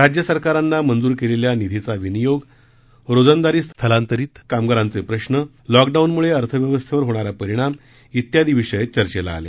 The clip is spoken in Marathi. राज्य सरकारांना मंजूर केलेल्या निधीचा विनियोग रोजंदारी स्थलांतरित कामगारांचे प्रश्र लॉकडाऊन मुळे अर्थव्यवस्थेवर होणारा परिणाम इत्यादी विषय चर्चेला आले